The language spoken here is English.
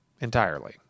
Entirely